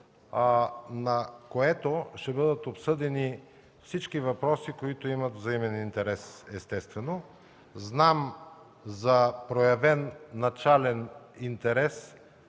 на което ще бъдат обсъдени всички въпроси от взаимен интерес. Знам за проявен начален интерес